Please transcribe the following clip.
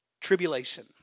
tribulation